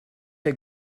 der